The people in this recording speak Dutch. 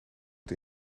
het